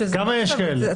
ואני מזמין אותך להגיש בג"ץ,